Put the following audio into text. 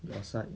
your side